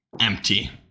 empty